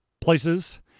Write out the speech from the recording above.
places